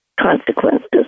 consequences